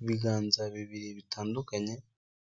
Ibiganza bibiri bitandukanye,